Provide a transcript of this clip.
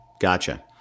Gotcha